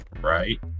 right